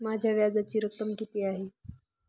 माझ्या व्याजाची रक्कम किती आहे?